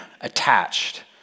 attached